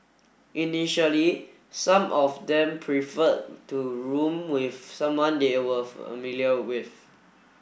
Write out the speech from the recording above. initially some of them preferred to room with someone they were familiar with